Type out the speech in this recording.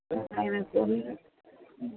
okay இது சரிங்க